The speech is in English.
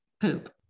poop